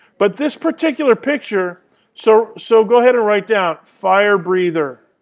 but this particular picture so so go ahead and write down fire breather